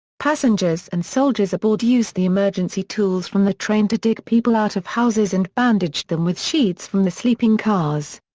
passengers and soldiers aboard used the emergency tools from the train to dig people out of houses and bandaged them with sheets from the sleeping cars.